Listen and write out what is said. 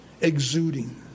exuding